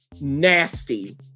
nasty